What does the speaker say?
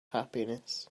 happiness